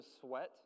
sweat